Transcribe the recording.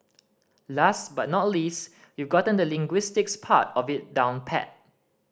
last but not least you've gotten the linguistics part of it down pat